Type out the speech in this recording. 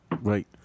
right